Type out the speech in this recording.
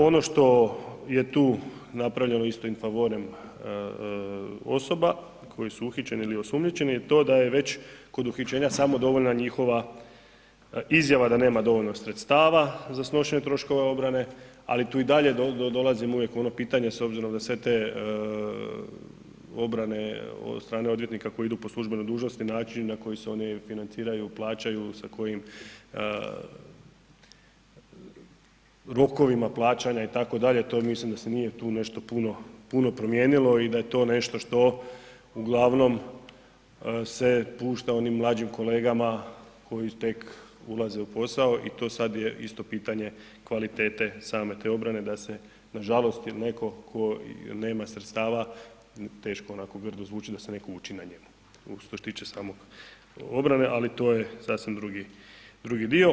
Ono što je tu napravljeno isto in favorem osoba koje su uhićene ili osumnjičene je to da je već kod uhićenja samo dovoljna njihova izjava da nema dovoljno sredstava za snošenje troškova obrane, ali tu i dalje dolazi uvijek ono pitanje s obzirom na sve te obrane od strane odvjetnika koje idu po službenoj dužnosti, način na koji se oni financiraju, plaćaju, sa kojim rokovima plaćanja itd. mislim da se tu nije ništa puno promijenilo i da je to nešto što se uglavnom pušta onim mlađim kolegama koji tek ulaze u posao i to sada je isto pitanje kvalitete same te obrane da se nažalost jel neko ko nema sredstava teško onako grdo zvuči da se neko uči na njemu što se tiče same obrane, ali to je sasvim drugi dio.